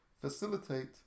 facilitate